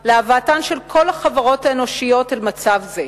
להבאתן של כל החברות האנושיות אל מצב זה,